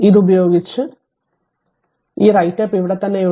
ഇതുപയോഗിച്ച് ഈ write up ഇവിടെയുണ്ട്